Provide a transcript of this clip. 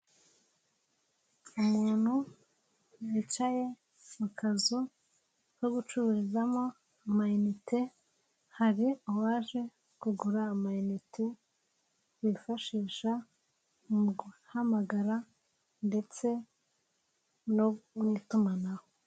Umuntu wicaye mu kazu ko gucururizamo amayinite hari uwaje kugura amayinite wifashisha mu guhamagara ndetse no mu itumanaho.